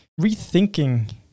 rethinking